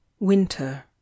Winter